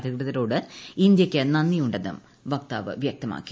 അധികൃതരോട് ഇന്ത്യയ്ക്ക് നന്ദിയുണ്ടെന്ന് വക്താവ് വൃക്തമാക്കി